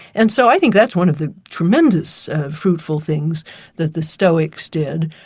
and so i think that's one of the tremendous fruitful things that the stoics did.